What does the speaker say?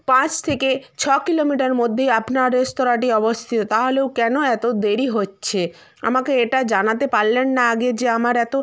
পাঁচ থেকে ছ কিলোমিটার মধ্যেই আপনার রেস্তোরাঁটি অবস্থিত তাহলেও কেন এতো দেরি হচ্ছে আমাকে এটা জানাতে পারলেন না আগে যে আমার এতো